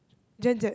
Gen-Z